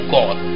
God